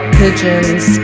pigeons